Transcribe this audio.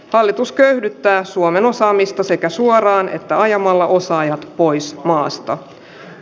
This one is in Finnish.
valitus köyhdyttää suomen osaamista sekä suoraan että ajamalla osaajia pois maasta